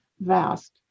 vast